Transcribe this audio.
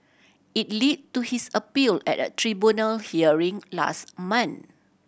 it to his appeal at a tribunal hearing last month